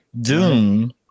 Doom